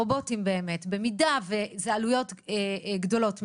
רובוטים באמת, במידה וזה עלויות גדולות מידי,